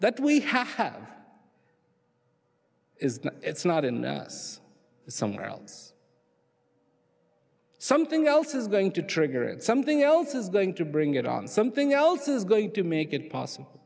that we have is that it's not in us somewhere else something else is going to trigger it something else is going to bring it on something else is going to make it possible